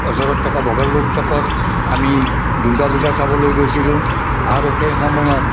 ওচৰত থকা বগলৰ চকত আমি দুৰ্গা পূজা চাবলৈ গৈছিলোঁ আৰু সেই সময়ত